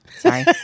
Sorry